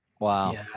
Wow